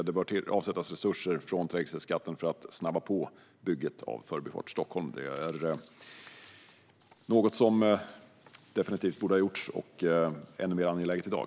Det bör också avsättas resurser från trängselskatten för att snabba på bygget av Förbifart Stockholm. Det är något som definitivt borde ha gjorts, och det är än mer angeläget i dag.